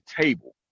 table